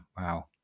Wow